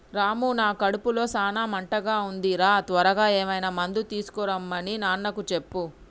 రాము నా కడుపులో సాన మంటగా ఉంది రా త్వరగా ఏమైనా మందు తీసుకొనిరమన్ని నాన్నకు చెప్పు